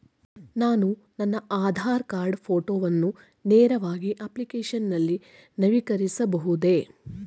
ನಾನು ನನ್ನ ಆಧಾರ್ ಕಾರ್ಡ್ ಫೋಟೋವನ್ನು ನೇರವಾಗಿ ಅಪ್ಲಿಕೇಶನ್ ನಲ್ಲಿ ನವೀಕರಿಸಬಹುದೇ?